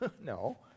No